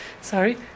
sorry